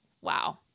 wow